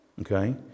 okay